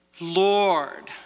Lord